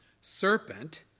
serpent